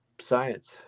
science